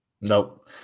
Nope